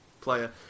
player